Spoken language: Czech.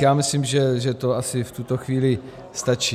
Já myslím, že to asi v tuto chvíli stačí.